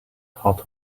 hot